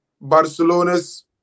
Barcelona's